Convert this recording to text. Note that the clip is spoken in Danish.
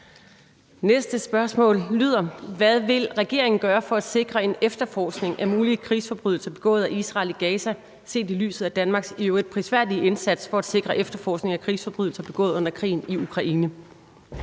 Næste spørgsmål lyder: Hvad vil regeringen gøre for at sikre en efterforskning af mulige krigsforbrydelser begået af Israel i Gaza set i lyset af Danmarks i øvrigt prisværdige indsats for at sikre efterforskning af krigsforbrydelser begået under krigen i Ukraine?